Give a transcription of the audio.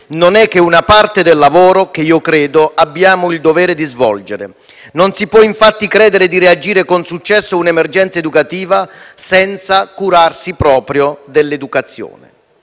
non è che una parte del lavoro che, io credo, abbiamo il dovere di svolgere. Non si può infatti credere di reagire con successo a una emergenza educativa senza curarsi proprio dell'educazione.